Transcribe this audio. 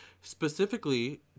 Specifically